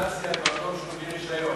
לגיטימציה למקום שהוא בלי רישיון.